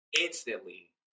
instantly